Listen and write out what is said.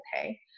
okay